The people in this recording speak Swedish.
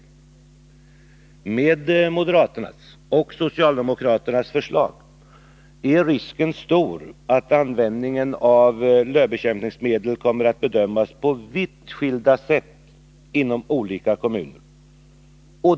Risken är stor att moderaternas och socialdemokraternas förslag skulle leda till att användningen av bekämpningsmedel mot lövsly kommer att bedömas på vitt skilda sätt inom olika kommuner.